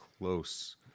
close